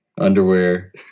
underwear